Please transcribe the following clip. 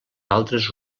altres